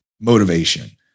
motivation